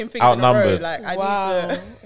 Outnumbered